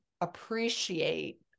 appreciate